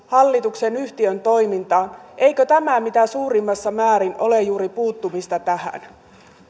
hallituksen yhtiön toimintaan niin eikö tämä mitä suurimmassa määrin ole juuri puuttumista tähän